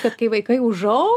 kad kai vaikai užaugs